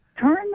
turn